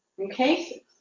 Okay